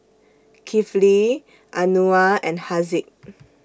Kifli Anuar and Haziq